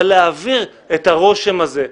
אבל להעביר את הרושם הזה,